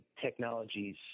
technologies